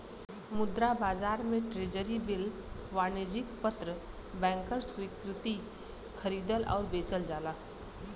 मुद्रा बाजार में ट्रेज़री बिल वाणिज्यिक पत्र बैंकर स्वीकृति खरीदल आउर बेचल जाला